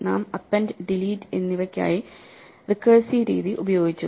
നാം അപ്പെൻഡ്ഡിലീറ്റ് എന്നിവക്കായി റിക്കേഴ്സീവ് രീതി ഉപയോഗിച്ചു